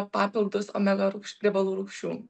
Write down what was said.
papildus omega rūgš riebalų rūgščių